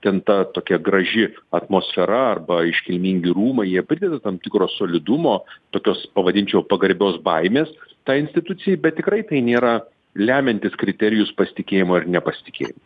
ten ta tokia graži atmosfera arba iškilmingi rūmai jie prideda tam tikro solidumo tokios pavadinčiau pagarbios baimės tai institucijai bet tikrai tai nėra lemiantis kriterijus pasitikėjimo ir nepasitikėji